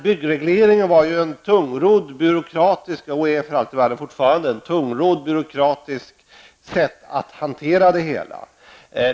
Byggregleringen var, och är för all del fortfarande, ett tungrott byråkratiskt sätt att hantera det hela.